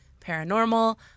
Paranormal